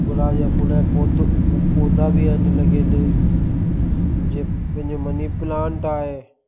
गुलाब जा फुल ऐं पौधो पोइ पौधा बि आहिनि लॻियलु जे पंहिंजो मनी प्लांट आहे